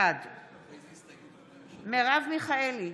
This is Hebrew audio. בעד מרב מיכאלי,